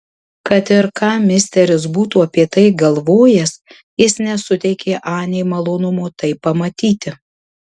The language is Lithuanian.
kad ir ką misteris būtų apie tai galvojęs jis nesuteikė anei malonumo tai pamatyti